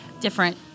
different